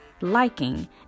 liking